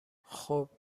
خوب